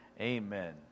Amen